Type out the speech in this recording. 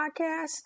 podcast